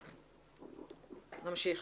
נמשיך.